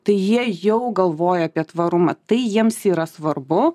tai jie jau galvoja apie tvarumą tai jiems yra svarbu